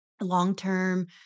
long-term